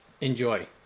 Enjoy